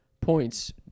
points